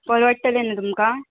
परवडटले न्हू तुमकां